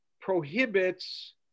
prohibits